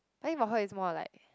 I mean for her is more like